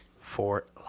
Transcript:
Fort